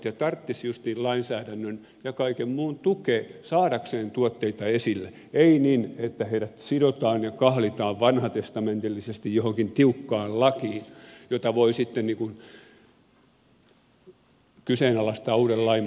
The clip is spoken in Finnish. he tarvitsisivat justiin lainsäädännön ja kaiken muun tukea saadakseen tuotteita esille ei niin että heidät sidotaan ja kahlitaan vanhatestamentillisesti johonkin tiukkaan lakiin jota voi sitten kyseenalaistaa uuden lain kautta